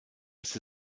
ist